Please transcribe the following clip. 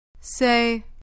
Say